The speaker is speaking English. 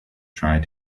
tried